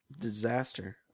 Disaster